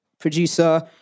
producer